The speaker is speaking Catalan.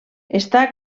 està